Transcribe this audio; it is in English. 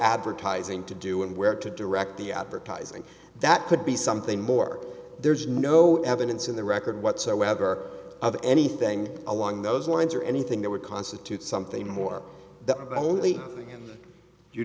advertising to do and where to direct the advertising that could be something more there's no evidence in the record whatsoever of anything along those lines or anything that would constitute something more the only thing